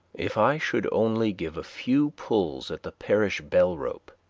if i should only give a few pulls at the parish bell-rope,